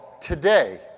Today